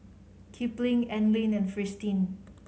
Kipling Anlene and Fristine